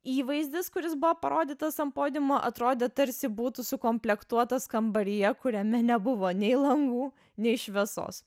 įvaizdis kuris buvo parodytas ant podiumo atrodė tarsi būtų sukomplektuotas kambaryje kuriame nebuvo nei langų nei šviesos